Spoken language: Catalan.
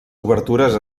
obertures